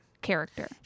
character